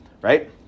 right